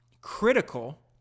critical